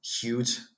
huge